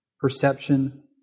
Perception